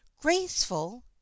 Graceful